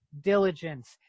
diligence